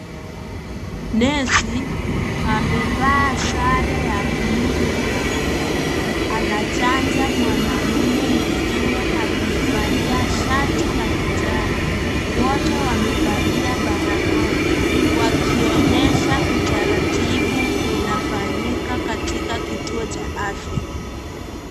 Nesi amevaa sare ya buluu na barakoa anachanja mwanaume mwingine aliyevalia shati la kijani ,wote wamevalia barakoa.